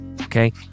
okay